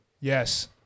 Yes